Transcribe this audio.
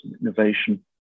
innovation